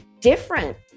different